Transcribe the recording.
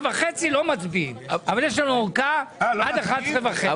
וחצי לא מצביעים, אבל יש לנו ארכה עד 11 וחצי.